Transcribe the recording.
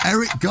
Eric